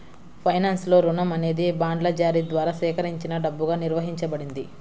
ఫైనాన్స్లో, రుణం అనేది బాండ్ల జారీ ద్వారా సేకరించిన డబ్బుగా నిర్వచించబడింది